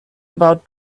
about